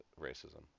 racism